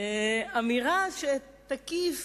אמירה שתקיף